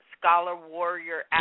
scholar-warrior